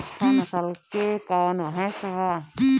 अच्छा नस्ल के कौन भैंस बा?